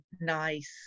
nice